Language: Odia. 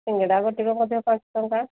ସିଙ୍ଗଡ଼ା ଗୋଟିକ ମଧ୍ୟ ପାଞ୍ଚ ଟଙ୍କା